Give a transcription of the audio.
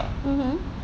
mmhmm